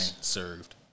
served